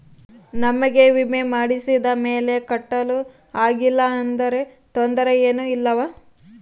ನಮಗೆ ವಿಮೆ ಮಾಡಿಸಿದ ಮೇಲೆ ಕಟ್ಟಲು ಆಗಿಲ್ಲ ಆದರೆ ತೊಂದರೆ ಏನು ಇಲ್ಲವಾ?